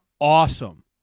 awesome